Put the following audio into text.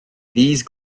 these